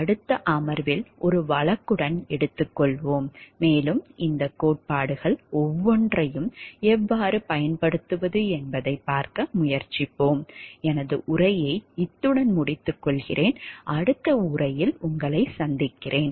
இதை அடுத்த அமர்வில் ஒரு வழக்குடன் எடுத்துக்கொள்வோம் மேலும் இந்த கோட்பாடுகள் ஒவ்வொன்றையும் எவ்வாறு பயன்படுத்துவது என்பதைப் பார்க்க முயற்சிப்போம்